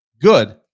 good